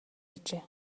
ажээ